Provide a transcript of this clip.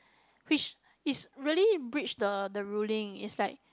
which is really breach the the ruling it's like